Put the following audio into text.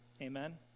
Amen